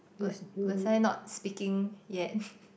wa~ was I not speaking yet